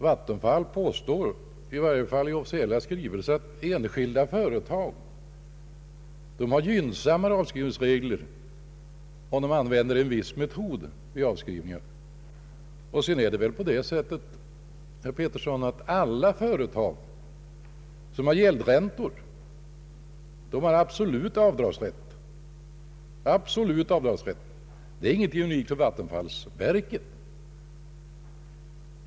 Vattenfallsverket påstår i varje fall i officiella skrivelser att enskilda företag har gynnsammare avskrivningsregler, om de använder en viss metod vid avskrivningen. Alla företag, herr Pettersson, som har gäldräntor har ju en absolut avdragsrätt, och det är ingenting nytt för vattenfallsverkets del.